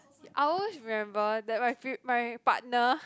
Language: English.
I always remember that my pre~ my partner